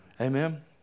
Amen